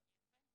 תודה.